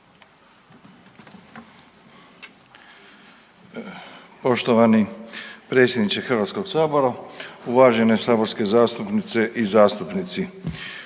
Poštovani predsjedniče HS, uvažene saborske zastupnice i zastupnici.